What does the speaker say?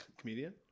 comedian